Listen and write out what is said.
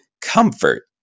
comfort